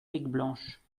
aigueblanche